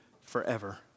forever